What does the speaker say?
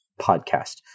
podcast